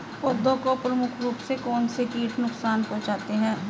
पौधों को प्रमुख रूप से कौन कौन से कीट नुकसान पहुंचाते हैं?